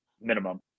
minimum